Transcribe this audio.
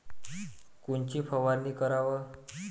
कोनची फवारणी कराव?